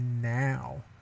now